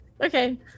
Okay